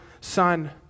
Son